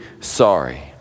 sorry